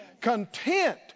content